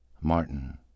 Martin